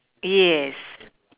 yes